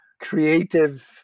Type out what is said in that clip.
creative